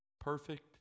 Perfect